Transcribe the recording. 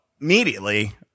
immediately